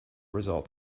results